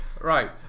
Right